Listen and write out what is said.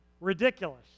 ridiculous